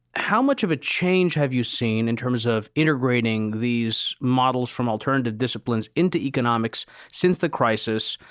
how much of a change have you seen in terms of integrating these models from alternative disciplines into economics since the crisis.